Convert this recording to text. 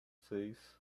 seis